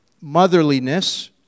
motherliness